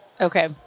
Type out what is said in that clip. Okay